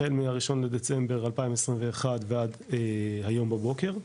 החל מה-1.12.2021 ועד היום בבוקר,